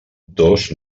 dos